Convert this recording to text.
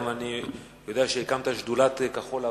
אני גם יודע שהקמת שדולת כחול-לבן,